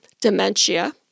dementia